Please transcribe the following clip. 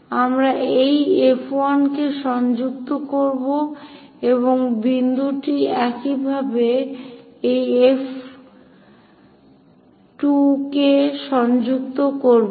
আমরা এই F1 কে সংযুক্ত করব এবং এই বিন্দুটি একইভাবে এই F 2 কে সংযুক্ত করব